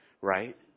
right